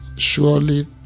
Surely